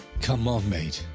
come on, mate!